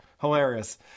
Hilarious